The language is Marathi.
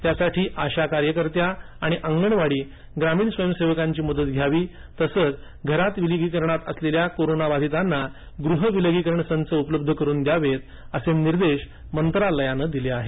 त्यासाठी आशा कार्यकर्त्या आणि अंगणवाडी आणि ग्रामीण स्वयंसेवकांची मदत घ्यावी तसंच घरात विलगीकरणात असलेल्या कोरोनाबाधितांना गृह विलगीकरण संच उपलब्ध करून द्यावेत असे निर्देश मंत्रालयानं दिले आहेत